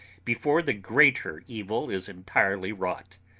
before the greater evil is entirely wrought.